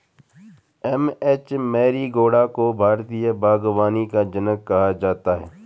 M H Marigowda को भारतीय बागवानी का जनक कहा जाता है